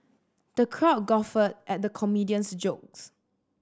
the crowd guffawed at the comedian's jokes